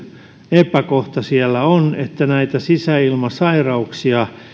epäkohta siellä on että näitä sisäilmasairauksia